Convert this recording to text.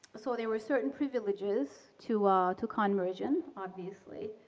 so there were certain privileges to to conversion obviously.